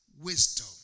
wisdom